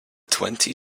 twenty